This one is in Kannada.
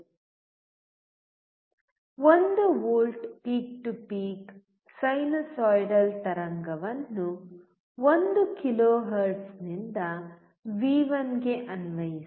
1 volt peak to peak sinusoidal ತರಂಗವನ್ನು 1 ಕಿಲೋಹೆರ್ಟ್ಜ್ ನಿಂದ ವಿ1 ಗೆ ಅನ್ವಯಿಸಿ